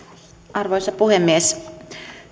arvoisa puhemies